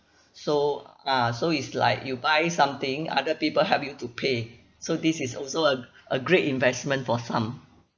so ah so it's like you buy something other people help you to pay so this is also a a great investment for some